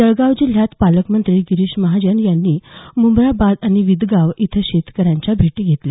जळगाव जिल्ह्यात पालकमंत्री गिरीश महाजन यांनीही मम्राबाद आणि विदगाव इथं शेतकऱ्यांच्या भेटी घेतल्या